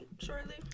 shortly